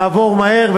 תעבור מהר,